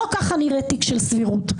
לא כך נראה תיק של סבירות.